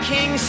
King